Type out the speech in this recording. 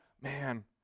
man